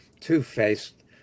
two-faced